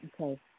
okay